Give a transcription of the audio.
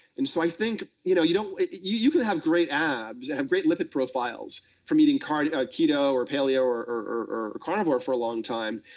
and so i think you know you know you you could have great abs, and have great lipid profiles from eating keto or paleo or or carnivore for a long time,